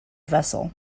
vessel